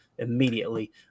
immediately